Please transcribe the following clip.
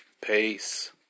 Peace